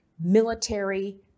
military